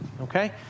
okay